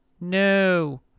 no